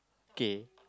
kay